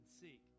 seek